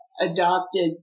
adopted